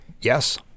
Yes